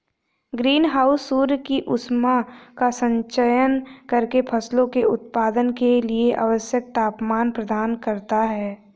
green house सूर्य की ऊष्मा का संचयन करके फसलों के उत्पादन के लिए आवश्यक तापमान प्रदान करता है